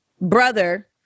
brother